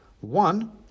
One